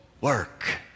work